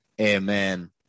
Amen